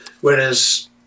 whereas